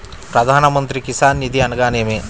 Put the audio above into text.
ప్రధాన మంత్రి కిసాన్ నిధి అనగా నేమి?